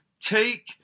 take